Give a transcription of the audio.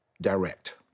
direct